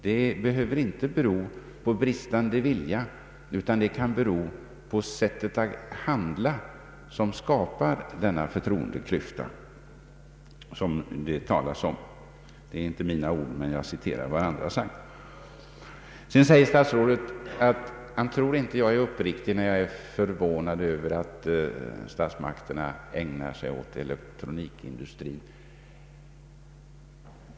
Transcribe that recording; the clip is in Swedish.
Det behöver inte vara bristande vilja, utan det kan vara sättet att handla som skapar denna förtroendeklyfta som det talas om. Det är inte mina ord, men jag citerar vad andra har sagt. Statsrådet säger att han inte tror att jag är uppriktig när jag är förvånad över att statsmakterna ägnar sig åt elektronikindustrin.